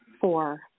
Four